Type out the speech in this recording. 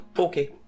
Okay